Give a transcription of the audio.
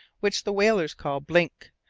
which the whalers called blink.